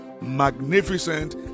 magnificent